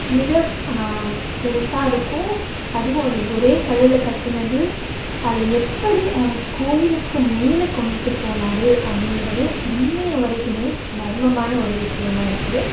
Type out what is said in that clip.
மிக பெருசாக இருக்கும் அதுவும் அது ஒரே கல்லில் கட்டுனது அதை எப்படி அவர் கோயிலுக்கு மேல் கொண்டுட்டு போனார் அப்படிங்கிறது இன்றைய வரைக்குமே மர்மமான ஒரு விஷயமா இருக்குது